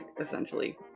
essentially